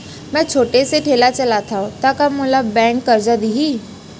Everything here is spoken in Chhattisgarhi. मैं छोटे से ठेला चलाथव त का मोला बैंक करजा दिही?